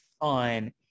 on